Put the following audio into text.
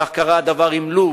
כך קרה הדבר עם לוב,